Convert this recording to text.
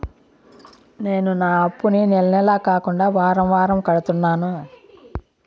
నేను నా అప్పుని నెల నెల కాకుండా వారం వారం కడుతున్నాను